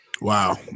wow